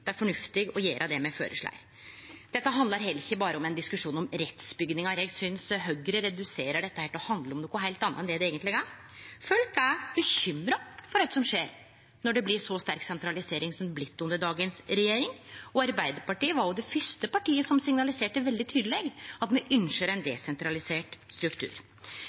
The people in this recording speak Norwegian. det er fornuftig å gjere det me føreslår. Dette handlar heller ikkje berre om ein diskusjon om rettsbygningar. Eg synest Høgre reduserer dette til å handle om noko heilt anna enn det det eigentleg gjer. Folk er bekymra for kva som skjer, når det blir så sterk sentralisering som det har blitt under dagens regjering. Og Arbeidarpartiet var òg det fyrste partiet som signaliserte veldig tydeleg at me ynskjer ein desentralisert struktur.